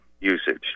usage